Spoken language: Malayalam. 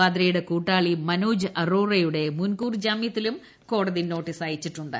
വദ്രയുടെ കൂട്ടാളി മനോജ് അരോറയുടെ മുൻകൂർ ജാമൃത്തിലും കോടതി നോട്ടീസ് അയച്ചിട്ടുണ്ട്